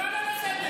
תקרא אותה לסדר.